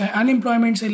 unemployment